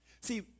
See